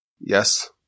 Yes